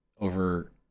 over